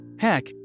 Heck